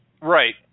Right